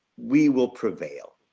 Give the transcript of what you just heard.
we will prevail.